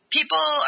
People